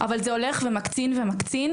אבל זה הולך ומקצין ומקצין.